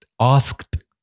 asked